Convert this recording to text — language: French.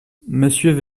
monsieur